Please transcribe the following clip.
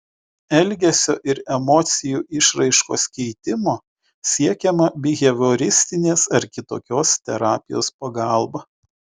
elgesio ir emocijų išraiškos keitimo siekiama bihevioristinės ar kitokios terapijos pagalba